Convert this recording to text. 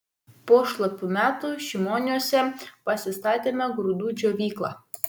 po šlapių metų šimoniuose pasistatėme grūdų džiovyklą